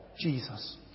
Jesus